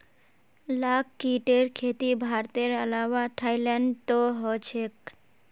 लाख कीटेर खेती भारतेर अलावा थाईलैंडतो ह छेक